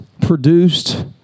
produced